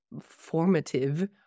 formative